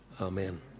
amen